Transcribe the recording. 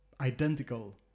identical